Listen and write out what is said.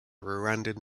rwandan